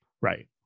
Right